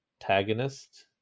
antagonist